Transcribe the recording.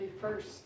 first